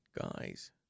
guys